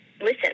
listen